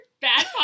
bad